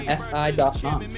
si.com